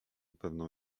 pewną